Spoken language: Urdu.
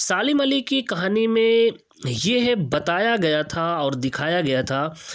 سالم علی کی کہانی میں یہ ہے بتایا گیا تھا اور دکھایا گیا تھا کہ